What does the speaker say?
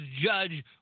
judge